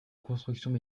constructions